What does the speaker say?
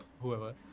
whoever